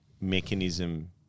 mechanism